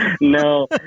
No